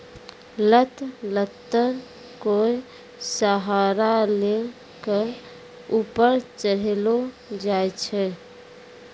लत लत्तर कोय सहारा लै कॅ ऊपर चढ़ैलो जाय छै